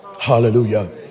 Hallelujah